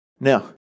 Now